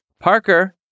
Parker